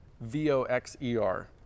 V-O-X-E-R